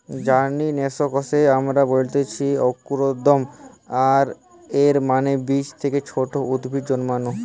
জার্মিনেশনকে আমরা বলতেছি অঙ্কুরোদ্গম, আর এর মানে বীজ থেকে ছোট উদ্ভিদ জন্মানো